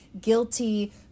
guilty